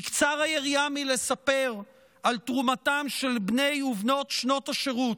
תקצר היריעה מלספר על תרומתם של בני ובנות שנות השירות,